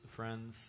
friends